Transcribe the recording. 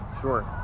Sure